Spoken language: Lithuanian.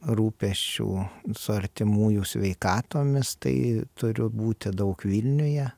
rūpesčių su artimųjų sveikatomis tai turiu būti daug vilniuje